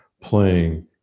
playing